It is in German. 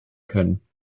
können